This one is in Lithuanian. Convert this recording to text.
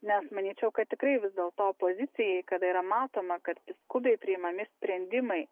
nes manyčiau kad tikrai vis dėlto opozicijai kada yra matoma kad skubiai priimami sprendimai